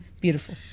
beautiful